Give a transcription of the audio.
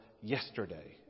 yesterday